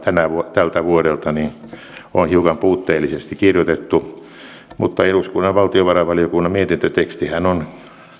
tältä vuodelta on hiukan puutteellisesti kirjoitettu mutta eduskunnan valtiovarainvaliokunnan mietintötekstihän on